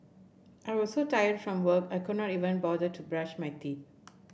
I was so tired from work I could not even bother to brush my teeth